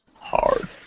Hard